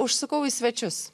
užsukau į svečius